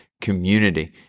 community